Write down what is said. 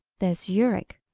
there's zurich,